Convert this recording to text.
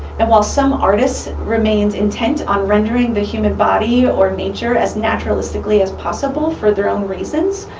and while some artists remained intent on rendering the human body or nature as naturalistically as possible for their own reasons,